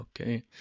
okay